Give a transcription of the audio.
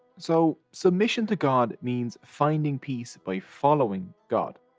so submission to god means finding peace by following god.